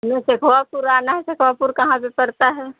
मुझे शैख़वापुर आना है शैख़वापुर कहाँ पर पड़ता है